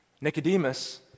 Nicodemus